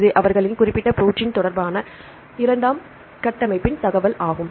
இது அவர்களின் குறிப்பிட்ட ப்ரோடீன் தொடர்பான இரண்டாம் கட்டமைப்பின் தகவல் ஆகும்